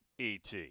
ET